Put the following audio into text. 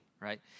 right